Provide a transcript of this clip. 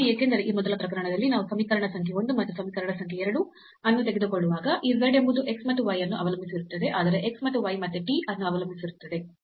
ಏಕೆಂದರೆ ಈ ಮೊದಲ ಪ್ರಕರಣದಲ್ಲಿ ನಾವು ಸಮೀಕರಣ ಸಂಖ್ಯೆ 1 ಮತ್ತು ಸಮೀಕರಣ ಸಂಖ್ಯೆ 2 ಅನ್ನು ತೆಗೆದುಕೊಳ್ಳುವಾಗ ಈ z ಎಂಬುದು x ಮತ್ತು y ಅನ್ನು ಅವಲಂಬಿಸಿರುತ್ತದೆ ಆದರೆ x ಮತ್ತು y ಮತ್ತೆ t ಅನ್ನು ಅವಲಂಬಿಸಿರುತ್ತದೆ